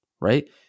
right